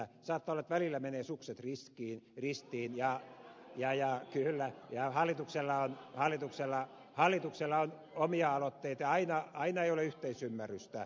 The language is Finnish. saattaa olla että välillä menee sukset ristiin ristin ja jäi ahti ylä ja hallituksella on omia aloitteita ja aina ei ole yhteisymmärrystä